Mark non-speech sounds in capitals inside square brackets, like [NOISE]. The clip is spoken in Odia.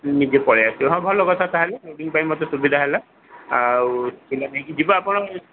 ନିଜେ ପଳେଇ ଆସିବେ ହଁ ଭଲ କଥା ତାହେଲେ [UNINTELLIGIBLE] ପାଇଁ ମୋତେ ସୁବିଧା ହେଲା ଆଉ [UNINTELLIGIBLE] ଯିବେ ଆପଣ